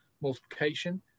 multiplication